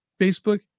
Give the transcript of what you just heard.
Facebook